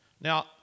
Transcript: Now